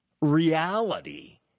reality